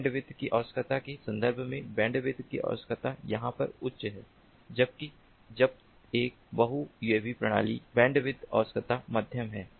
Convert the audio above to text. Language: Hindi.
बैंडविड्थ की आवश्यकता के संदर्भ में बैंडविड्थ की आवश्यकता यहाँ पर उच्च यह है जबकिजब एक बहु यूएवी प्रणाली बैंडविड्थ आवश्यकता मध्यम है